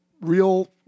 real